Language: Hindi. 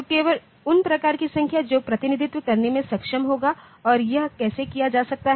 तो केवल उन प्रकार की संख्या जो प्रतिनिधित्व करने में सक्षम होगा और यह कैसे किया जा सकता है